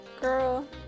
Girl